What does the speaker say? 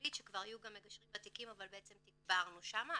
ובכללית שכבר היו גם מגשרים ותיקים אבל בעצם תגברנו שם,